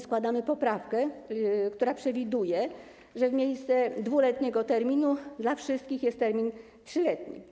Składamy poprawkę, w której przewiduje się, że w miejsce 2-letniego terminu dla wszystkich będzie termin 3-letni.